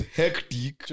hectic